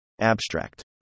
abstract